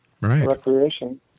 Recreation